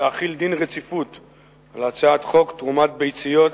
דין רציפות על הצעת חוק תרומת ביציות,